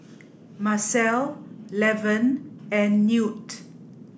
Marcel Levon and Newt